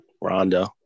Rondo